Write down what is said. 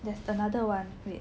there's another one wait